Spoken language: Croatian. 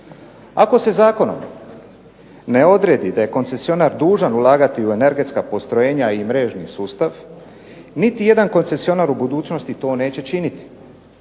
Ako se zakonom ne odredi da je koncesionar dužan ulagati u energetska postrojenja i mrežni sustav niti jedan koncesionar u budućnosti to neće činiti,